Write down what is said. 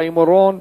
חיים אורון,